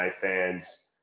fans